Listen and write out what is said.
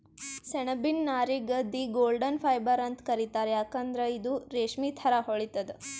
ಸೆಣಬಿನ್ ನಾರಿಗ್ the golden fibre ಅಂತ್ ಕರಿತಾರ್ ಯಾಕಂದ್ರ್ ಇದು ರೇಶ್ಮಿ ಥರಾ ಹೊಳಿತದ್